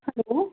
hello